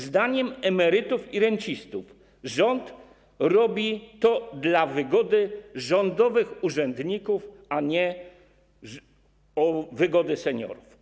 Zdaniem emerytów i rencistów rząd robi to dla wygody rządowych urzędników, a nie dla wygody seniorów.